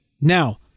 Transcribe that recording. Now